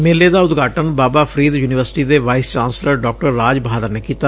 ਮੇਲੇ ਦਾ ਉਦਘਾਟਨ ਬਾਬਾ ਫਰੀਦ ਯੁਨੀਵਰਸਿਟੀ ਦੇ vice chancellor Dr Raj Bahadur ਨੇ ਕੀਤਾ